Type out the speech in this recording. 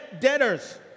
debtors